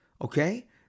okay